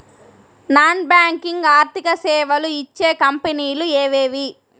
Non banking ఆర్థిక సేవలు ఇచ్చే కంపెని లు ఎవేవి?